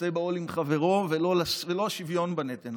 ולא שוויון בנטל.